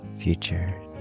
future